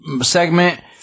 segment